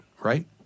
Right